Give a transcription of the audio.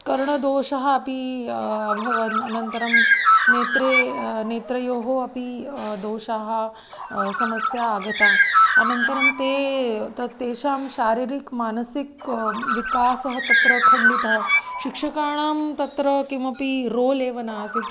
कर्णदोषः अपि अभवन् अनन्तरं नेत्रे नेत्रयोः अपि दोषाः समस्या आगता अनन्तरं ते तत् तेषां शारीरिकमानसिकविकासः तत्र खण्डितः शिक्षकाणां तत्र किमपि रोल् एव नासीत्